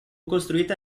costruita